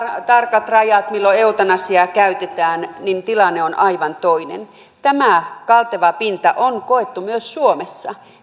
tarkat rajat milloin eutanasiaa käytetään niin tilanne on aivan toinen tämä kalteva pinta on koettu myös suomessa